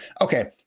okay